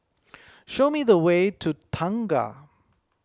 show me the way to Tengah